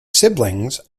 siblings